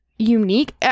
Unique